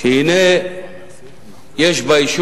פנים או מה שאתה רוצה, אני חושב שהבעיה או